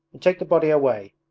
and take the body away.